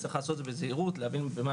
כדאי לעשות את זה בזהירות ולהבין במה